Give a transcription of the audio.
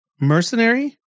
mercenary